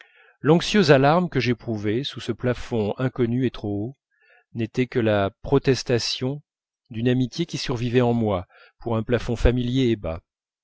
l'anxieuse alarme que j'éprouvais sous ce plafond inconnu et trop haut n'était que la protestation d'une amitié qui survivait en moi pour un plafond familier et bas